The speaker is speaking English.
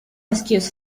excuse